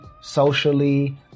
socially